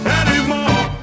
anymore